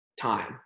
time